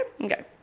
Okay